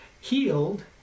healed